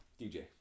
DJ